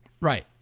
Right